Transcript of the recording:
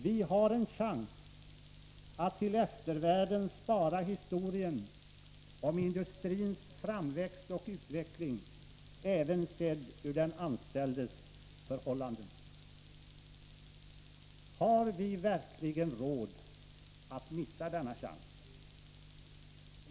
Vi har en chans att till eftervärlden spara historien om industrins framväxt och utveckling, även när det gäller den anställdes förhållanden. Har vi verkligen råd att missa denna chans?